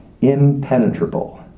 impenetrable